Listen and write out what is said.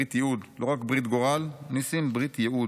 ברית ייעוד, לא רק ברית גורל", ניסים, ברית ייעוד.